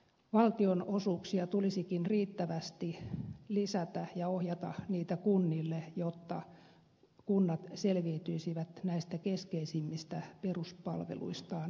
valtionosuuksia tulisikin riittävästi lisätä ja ohjata niitä kunnille jotta kunnat selviytyisivät näistä keskeisimmistä peruspalveluistaan kunnialla